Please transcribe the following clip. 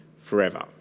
forever